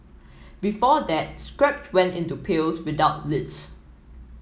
before that scrap went into pails without lids